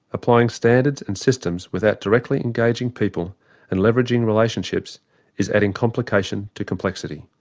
applying standards and systems without directly engaging people and leveraging relationships is adding complication to complexity.